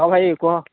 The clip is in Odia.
ହଁ ଭାଇ କୁହ